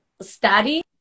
study